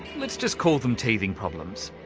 let's just call them teething problems.